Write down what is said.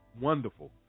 wonderful